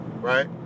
right